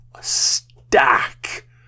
stack